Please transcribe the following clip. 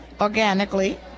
organically